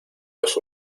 los